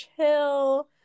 chill